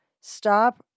stop